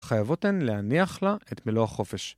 ‫חייבות הן להניח לה את מלוא החופש.